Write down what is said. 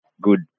good